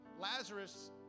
Lazarus